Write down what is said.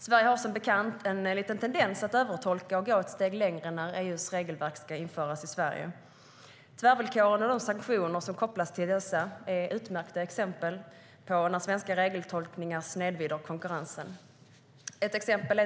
Sverige har som bekant en tendens att övertolka och gå ett steg längre när EU:s regelverk ska införas i Sverige. Tvärvillkoren och de sanktioner som kopplas till dessa är utmärkta exempel på när svenska regeltolkningar snedvrider konkurrensen.